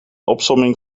opsomming